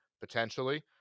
potentially